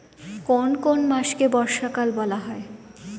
কোন কোন মাসকে বর্ষাকাল বলা হয়?